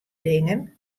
dingen